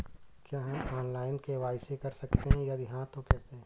क्या हम online KYC कर सकते हैं यदि हाँ तो कैसे?